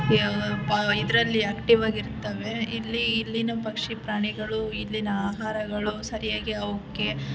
ಪ ಇದರಲ್ಲಿ ಆ್ಯಕ್ಟಿವಾಗಿ ಇರ್ತವೆ ಇಲ್ಲಿ ಇಲ್ಲಿನ ಪಕ್ಷಿ ಪ್ರಾಣಿಗಳು ಇಲ್ಲಿನ ಆಹಾರಗಳು ಸರಿಯಾಗಿ ಅವಕ್ಕೆ